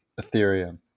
Ethereum